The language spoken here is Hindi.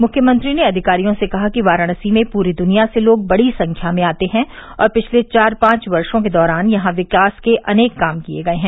मुख्यमंत्री ने अधिकारियों से कहा कि वाराणसी में पूरी दुनिया से लोग बड़ी संख्या में आते हैं और पिछले चार पांच वर्षो के दौरान यहां विकास के अनेक काम किये गये हैं